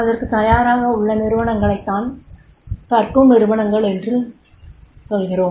அதற்குத் தயாராக உள்ள நிறுனங்களைத்தான் கற்கும் நிருவனங்கள் என்கிறோம்